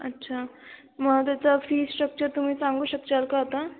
अच्छा मग त्याचा फी स्ट्रक्चर तुम्ही सांगू शकाल का आता